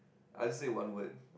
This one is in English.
I just said one word